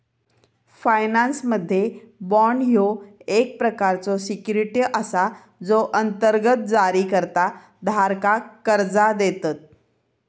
फायनान्समध्ये, बाँड ह्यो एक प्रकारचो सिक्युरिटी असा जो अंतर्गत जारीकर्ता धारकाक कर्जा देतत